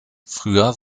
früher